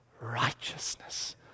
righteousness